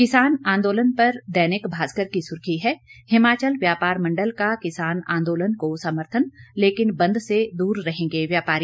किसान आंदोलन पर दैनिक भास्कर की सुर्खी है हिमाचल व्यापार मंडल का किसान आंदोलन को समर्थन लेकिन बंद से दूर रहेंगे व्यापारी